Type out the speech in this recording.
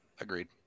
Agreed